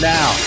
Now